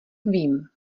vím